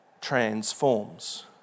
transforms